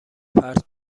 پرت